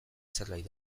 zerbait